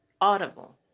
audible